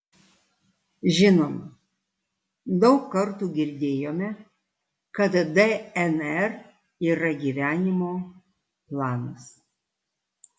žinoma daug kartų girdėjome kad dnr yra gyvenimo planas